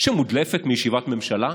שמודלפת מישיבת ממשלה.